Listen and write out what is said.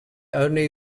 only